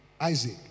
Isaac